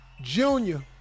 junior